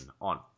on